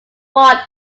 ward